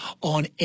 on